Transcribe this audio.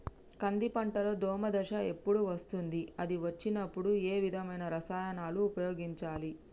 కంది పంటలో దోమ దశ ఎప్పుడు వస్తుంది అది వచ్చినప్పుడు ఏ విధమైన రసాయనాలు ఉపయోగించాలి?